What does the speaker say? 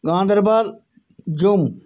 Ganderbal Jammu